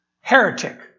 heretic